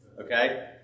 okay